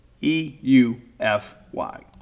e-u-f-y